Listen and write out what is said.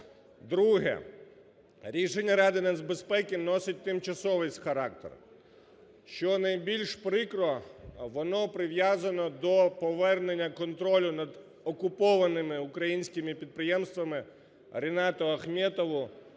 Друге. Рішення Ради нацбезпеки носить тимчасовий характер. Що найбільш прикро, воно пов'язано до контролю над окупованими українськими підприємствами Ринату Ахметову,